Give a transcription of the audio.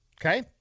okay